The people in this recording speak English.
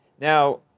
Now